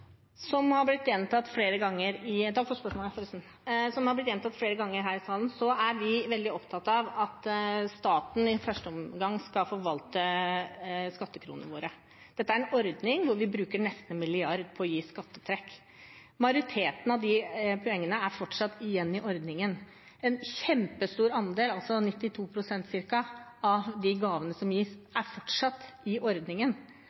Takk for spørsmålet. Som det har blitt gjentatt flere ganger her i salen, er vi veldig opptatt av at staten i første omgang skal forvalte skattekronene våre. Dette er en ordning hvor vi bruker nesten 1 mrd. kr på å gi skattefradrag. Mesteparten av de pengene er fortsatt igjen i ordningen. En kjempestor andel – ca. 92 pst. – av de gavene som gis, er fortsatt i ordningen.